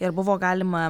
ir buvo galima